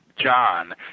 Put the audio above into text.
John